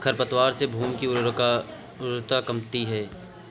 खरपतवारों से भूमि की उर्वरता कमती है